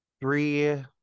three